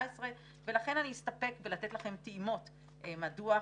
ולכן אני אסתפק ואתן לכם טעימות מהדוח.